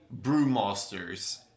brewmasters